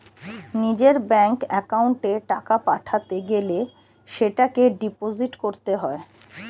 নিজের ব্যাঙ্ক অ্যাকাউন্টে টাকা পাঠাতে গেলে সেটাকে ডিপোজিট করতে হয়